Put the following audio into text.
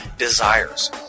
Desires